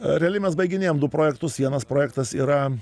realiai mes baiginėjam du projektus vienas projektas yra